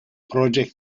project